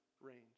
range